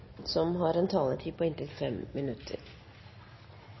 ordet, har en taletid på inntil 3 minutter.